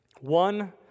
One